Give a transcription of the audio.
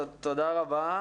תודה רבה.